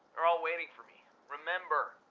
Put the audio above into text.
they're all waiting for me. remember,